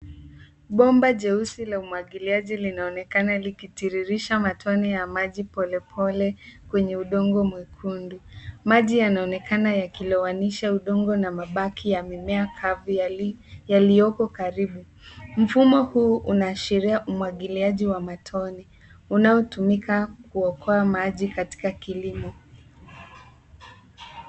Bomba jeusi la umwagiliaji linaonekana likitiririsha matone ya maji polepole kwenye udongo mwekundu. Maji yanaonekana yakilowanisha udongo na mabaki ya mimea kavu yaliyoko karibu. Mfumo huu unaashiria umwagiliaji wa matone, unaotumiwa kuokoa maji katika kilimo.